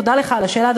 תודה לך על השאלה,